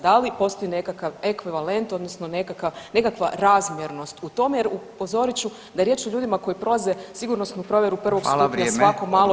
Da li postoji nekakav ekvivalent odnosno nekakav razmjernost u tome jer upozorit ću da je riječ o ljudima koji prolaze sigurnosnu provjeru prvog stupnja svako malo